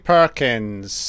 Perkins